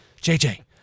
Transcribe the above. JJ